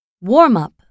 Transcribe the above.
Warm-up